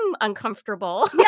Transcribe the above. uncomfortable